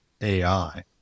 AI